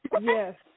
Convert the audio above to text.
Yes